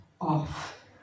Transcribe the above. off